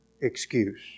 excuse